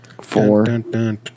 Four